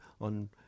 on